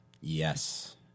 Yes